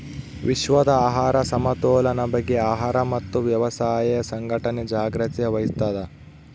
ವಿಶ್ವದ ಆಹಾರ ಸಮತೋಲನ ಬಗ್ಗೆ ಆಹಾರ ಮತ್ತು ವ್ಯವಸಾಯ ಸಂಘಟನೆ ಜಾಗ್ರತೆ ವಹಿಸ್ತಾದ